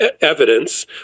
evidence